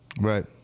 Right